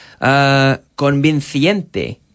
Convinciente